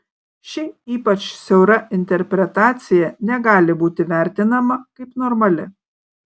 ši ypač siaura interpretacija negali būti vertinama kaip normali